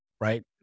right